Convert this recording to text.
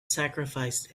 sacrificed